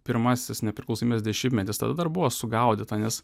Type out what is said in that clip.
pirmasis nepriklausomybės dešimtmetis tada dar buvo sugaudyta nes